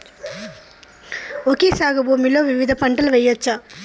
Okay సాగు భూమిలో వివిధ పంటలు వెయ్యచ్చా?